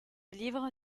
livre